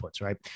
right